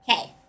Okay